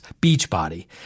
Beachbody